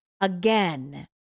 again